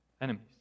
Enemies